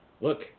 look